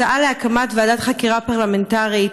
הצעה להקמת ועדת חקירה פרלמנטרית.